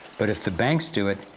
but if the banks do it,